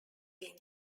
been